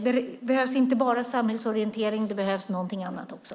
Det behövs inte bara samhällsorientering utan det behövs någonting annat också.